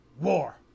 War